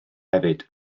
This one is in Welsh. hefyd